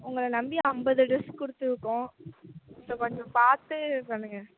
உங்களை நம்பி ஐம்பது டிரஸ் கொடுத்துருக்கோம் அதை கொஞ்சம் பார்த்து பண்ணுங்க